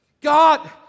God